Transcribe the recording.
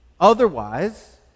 Otherwise